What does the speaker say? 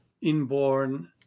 inborn